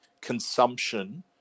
consumption